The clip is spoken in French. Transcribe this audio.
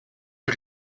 que